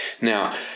Now